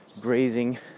grazing